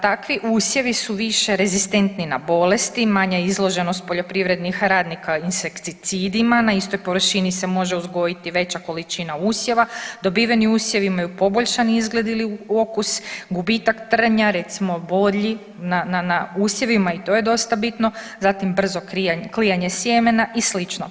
Takvi usjevi su više rezistentni na bolesti, manja izloženost poljoprivrednih radnika insekticidima na istoj površini se može uzgojiti veća količina usjeva, dobiveni usjevi imaju poboljšani izgled ili okus, gubitak trnja, recimo bodlji na usjevima i to je dosta bitno, zatim brzo klijanje sjemena i sl.